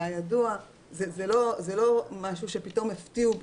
זה לא משהו שפתאום הפתיעו לגביו,